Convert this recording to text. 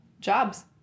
jobs